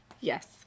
Yes